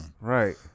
Right